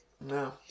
No